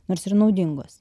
nors ir naudingos